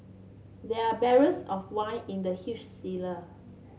there are barrels of wine in the huge cellar